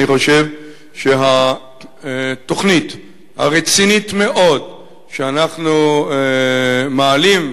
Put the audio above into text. אני חושב שהתוכנית הרצינית מאוד שאנחנו מעלים,